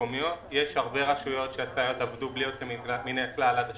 יש הרבה רשויות שהסייעות בלי יוצא מן הכלל עבדו